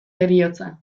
heriotza